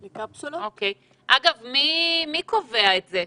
מי קובע את זה?